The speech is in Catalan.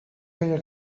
feia